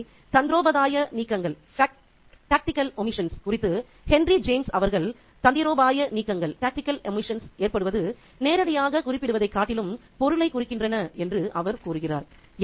எனவே தந்திரோபாய நீக்கங்கள் குறித்து ஹென்றி ஜேம்ஸ் அவர்கள் தந்திரோபாய நீக்கங்கள் ஏற்படுவது நேரடியாகக் குறிப்பிடுவதைக் காட்டிலும் பொருளைக் குறிக்கின்றன என்று அவர் கூறுகிறார்